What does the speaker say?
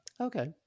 Okay